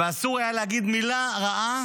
ואסור היה להגיד מילה רעה